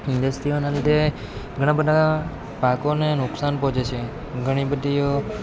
ઈંડસ્ટ્રીઓના લીધે ઘણાં બધાં પાકોને નુકસાન પહોંચે છે ઘણી બધીઓ